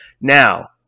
Now